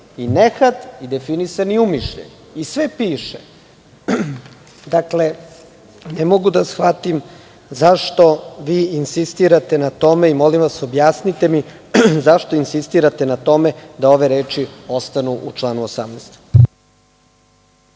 i nehat i definisan je umišljaj. Sve piše. Ne mogu da shvatim zašto insistirate na tome? Molim vas, objasnite mi zašto insistirate na tome da ove reči ostanu u članu 18?